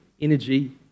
energy